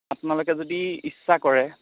আপোনালোকে যদি ইচ্ছা কৰে